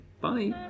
bye